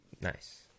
nice